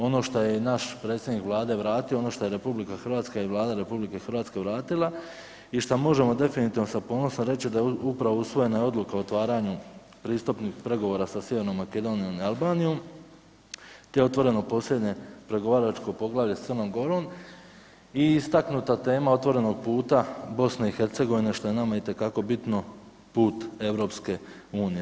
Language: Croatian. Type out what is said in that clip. Ono šta je i naš predsjednik Vlade vratio, ono što je RH i Vlada RH vratila i šta možemo definitivno sa ponosom reći da je upravo usvojena odluka o otvaranju pristupnih pregovora sa Sjevernom Makedonijom i Albanijom te otvoreno posljednje pregovaračko poglavlje s Crnom Gorom i istaknuta tema otvorenog puta BiH što je nama itekako bitno put EU.